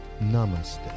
Namaste